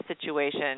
situation